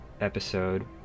episode